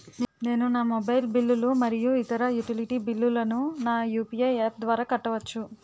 నేను నా మొబైల్ బిల్లులు మరియు ఇతర యుటిలిటీ బిల్లులను నా యు.పి.ఐ యాప్ ద్వారా కట్టవచ్చు